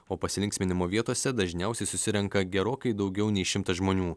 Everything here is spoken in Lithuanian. o pasilinksminimo vietose dažniausiai susirenka gerokai daugiau nei šimtas žmonių